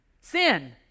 Sin